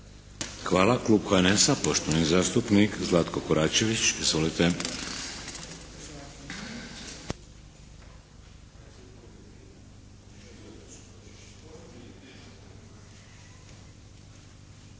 Hvala. Klub HNS-a poštovani zastupnik Zlatko Koračević.